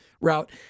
route